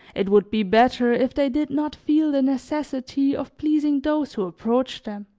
it would be better if they did not feel the necessity of pleasing those who approach them